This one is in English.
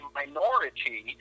minority